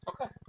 Okay